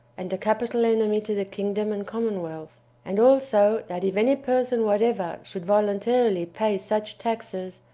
and a capital enemy to the kingdom and commonwealth. and also, that if any person whatever should voluntarily pay such taxes,